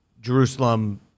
jerusalem